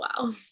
wow